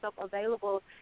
available